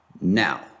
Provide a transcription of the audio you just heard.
Now